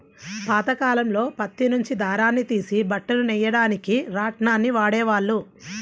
పాతకాలంలో పత్తి నుంచి దారాన్ని తీసి బట్టలు నెయ్యడానికి రాట్నాన్ని వాడేవాళ్ళు